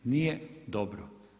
Nije dobro.